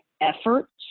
efforts